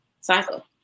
cycle